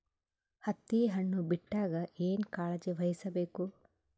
ಹತ್ತಿ ಹಣ್ಣು ಬಿಟ್ಟಾಗ ಏನ ಕಾಳಜಿ ವಹಿಸ ಬೇಕು?